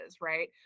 right